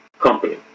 Company